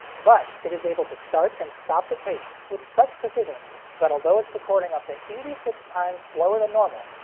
but, it is able to start and stop the tape with such precision that although it's recording up to eighty six times slower than normal,